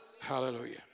Hallelujah